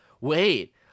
wait